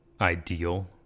ideal